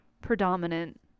predominant